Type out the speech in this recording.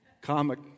comic